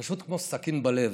פשוט כמו סכין בלב,